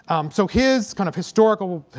so his kind of historical